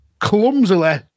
clumsily